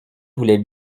voulaient